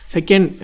Second